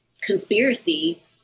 conspiracy